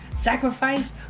Sacrifice